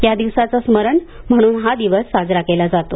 या दिवसाचं स्मरण म्हणून हा दिन साजरा केला जातो